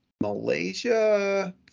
Malaysia